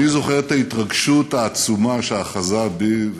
אני זוכר את ההתרגשות העצומה שאחזה בי,